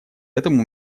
этому